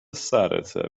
سرته